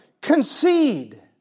concede